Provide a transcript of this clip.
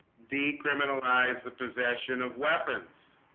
decriminalize the possession of weapons